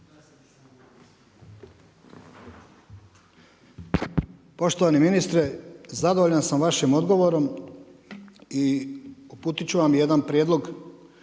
Poštovani ministre, zadovoljan sam vašim odgovorom i uputit ću vam jedna prijedlog